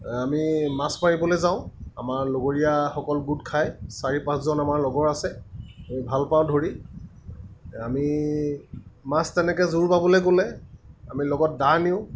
আমি মাছ মাৰিবলৈ যাওঁ আমাৰ লগৰীয়াসকল গোট খায় চাৰি পাঁচজন আমাৰ লগৰ আছে আমি ভাল পাওঁ ধৰি আমি মাছ তেনেকৈ জুৰ বাবলৈ গ'লে আমি লগত দা নিওঁ